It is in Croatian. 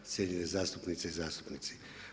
Cijenjene zastupnice i zastupnici.